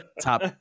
top